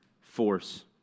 force